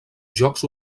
jocs